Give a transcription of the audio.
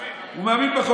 מאמין, מאמין.